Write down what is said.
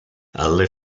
alle